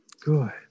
Good